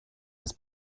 his